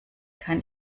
kann